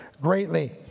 greatly